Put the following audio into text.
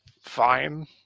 fine